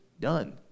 done